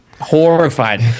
horrified